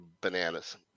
bananas